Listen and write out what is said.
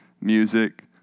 music